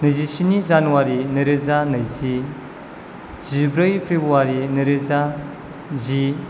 नैजि स्नि जानुवारि नै रोजा नैजि जिब्रै फेब्रुवारि नै रोजा जि